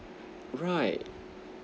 right